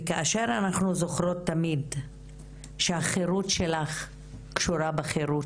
וכאשר אנחנו זוכרות תמיד שהחירות שלך קשורה בחירות